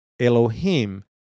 Elohim